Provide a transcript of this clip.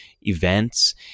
events